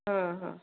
ହଁ ହଁ